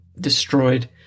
destroyed